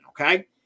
Okay